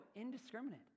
indiscriminate